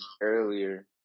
earlier